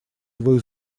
его